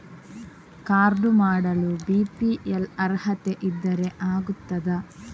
Card ಮಾಡಲು BPL ಅರ್ಹತೆ ಇದ್ದರೆ ಆಗುತ್ತದ?